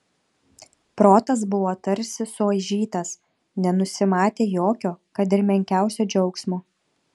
protas buvo tarsi suaižytas nenusimatė jokio kad ir menkiausio džiaugsmo